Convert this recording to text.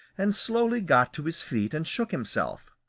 and slowly got to his feet and shook himself.